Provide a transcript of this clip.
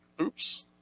Oops